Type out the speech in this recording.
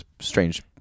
strange